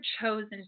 chosen